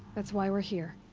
that's why we're here.